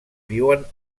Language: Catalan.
viuen